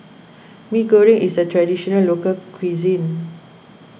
Mee Goreng is a Traditional Local Cuisine